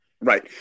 right